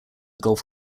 gulf